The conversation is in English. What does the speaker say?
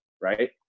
right